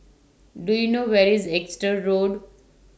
Do YOU know Where IS Exeter Road